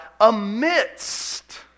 amidst